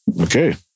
Okay